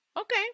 Okay